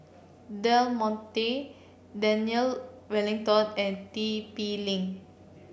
Del Monte Daniel Wellington and T P Link